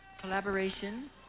collaboration